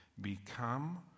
Become